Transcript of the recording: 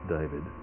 David